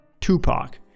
Tupac